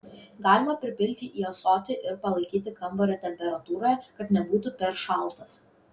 galima pripilti į ąsotį ir palaikyti kambario temperatūroje kad nebūtų per šaltas